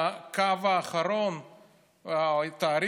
קח את זה בחשבון.